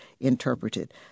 interpreted